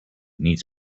needs